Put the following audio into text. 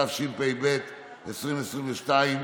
התשפ"ב 2022,